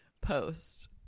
post